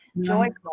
joyful